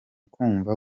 kumva